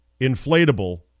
inflatable